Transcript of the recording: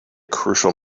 crucial